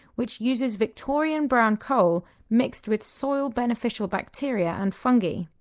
which uses victorian brown coal mixed with soil beneficial bacteria and fungi.